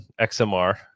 XMR